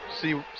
See